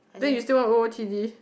then you skill want o_o_t_d